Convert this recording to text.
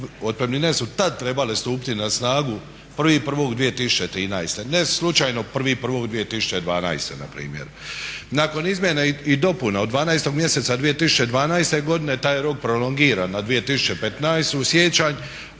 otpremnine su tad trebale stupiti na snagu 1.1.2013., ne slučajno 1.1.2012. npr. Nakon izmjena i dopuna od 12. mjeseca 2012. taj je rok prolongiran na 2015. siječanj,